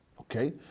Okay